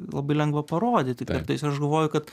labai lengva parodyti kartais aš galvoju kad